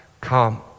come